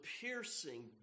piercing